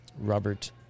Robert